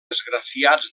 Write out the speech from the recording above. esgrafiats